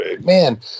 man